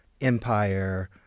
Empire